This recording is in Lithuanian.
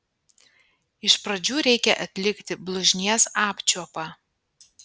iš pradžių reikia atlikti blužnies apčiuopą